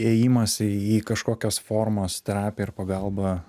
ėjimas į kažkokios formos terapiją ir pagalbą